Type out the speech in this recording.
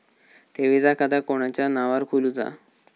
ठेवीचा खाता कोणाच्या नावार खोलूचा?